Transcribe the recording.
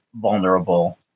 vulnerable